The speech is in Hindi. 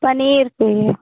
पनीर चाहिए